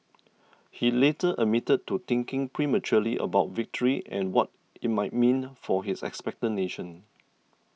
he later admitted to thinking prematurely about victory and what it might mean for his expectant nation